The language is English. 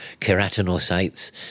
keratinocytes